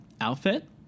outfit